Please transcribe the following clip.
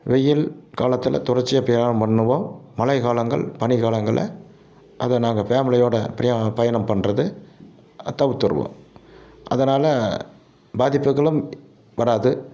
வெயில் காலத்தில் தொடர்ச்சியாக பிரயாணம் பண்ணுவோம் மழை காலங்கள் பனிகாலங்களில் அது நாங்கள் ஃபேமிலியோடய பிரயா பயணம் பண்ணுறது தவிர்த்துடுவோம் அதனால் பாதிப்புகளும் வராது